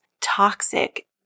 toxic